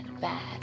bad